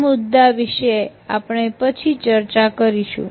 આ મુદ્દા વિશે આપણે પછી ચર્ચા કરીશું